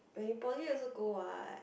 when you Poly also go what